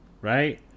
right